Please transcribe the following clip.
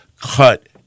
cut